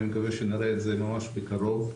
אני מקווה שנראה את זה ממש בקרוב.